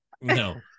No